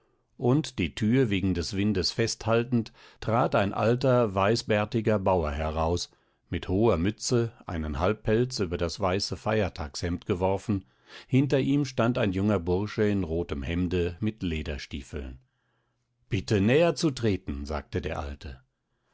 und die tür wegen des windes festhaltend trat ein alter weißbärtiger bauer heraus mit hoher mütze einen halbpelz über das weiße feiertagshemd geworfen hinter ihm stand ein junger bursche in rotem hemde mit lederstiefeln bitte näherzutreten sagte der alte